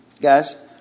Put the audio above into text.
Guys